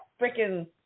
freaking